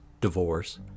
divorce